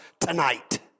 tonight